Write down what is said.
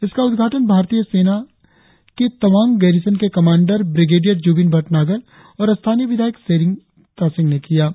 इसका उद्घाटन भारतीय सेना तवांग गेरिसन के कमांडर ब्रिगेडियर जूबिन भटनागर और स्थानीय विधायक सेरिंग तासिंग ने किया है